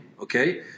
okay